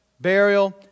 burial